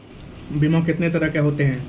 बीमा कितने तरह के होते हैं?